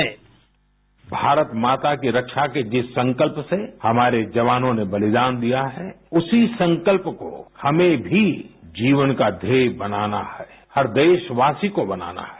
bite Bharat Mata की रक्षा के जिस संकल्प से हमारे जवानों ने बलिदान दिया है उसी संकल्प को हमें भी जीवन का ध्येय बनाना है हर देशवासी को बनाना है